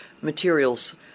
materials